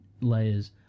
layers